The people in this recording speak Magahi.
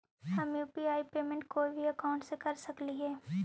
हम यु.पी.आई पेमेंट कोई भी अकाउंट से कर सकली हे?